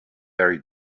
very